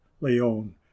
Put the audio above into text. leone